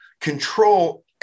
control